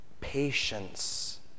patience